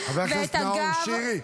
ואת הגב --- חבר הכנסת נאור שירי,